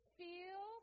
feel